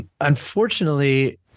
unfortunately